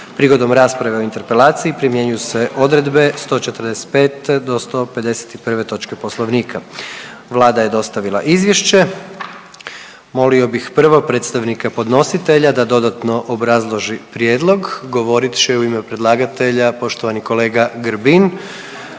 Prigodom rasprave o interpelaciji primjenjuju se odredbe 145. do 151. točke Poslovnika. Vlada je dostavila izvješće. Molio bih prvo predstavnika podnositelja da dodatno obrazloži prijedlog. Govorit će u ime predlagatelja poštovani kolega Grbin.